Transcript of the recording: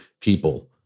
people